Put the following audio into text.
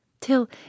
till